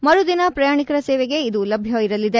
ಮರು ದಿನ ಪ್ರಯಾಣಿಕರ ಸೇವೆಗೆ ಇದು ಲಭ್ಯ ಇರಲಿದೆ